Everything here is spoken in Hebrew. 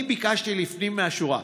אני ביקשתי לפנים מהשורה,